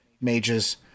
mages